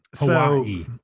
Hawaii